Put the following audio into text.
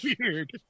weird